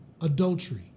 adultery